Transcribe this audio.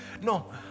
no